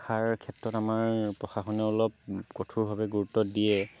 শিক্ষাৰ ক্ষেত্ৰত আমাৰ প্ৰশাসনেও অলপ কঠোৰভাৱে গুৰুত্ব দিয়ে